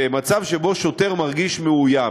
במצב שבו שוטר מרגיש מאוים.